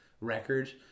record